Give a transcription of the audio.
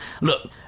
Look